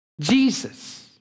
Jesus